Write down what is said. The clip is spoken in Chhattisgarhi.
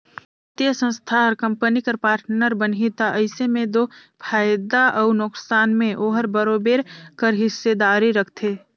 बित्तीय संस्था हर कंपनी कर पार्टनर बनही ता अइसे में दो फयदा अउ नोसकान में ओहर बरोबेर कर हिस्सादारी रखथे